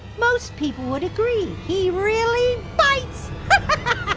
most people would agree he really bites.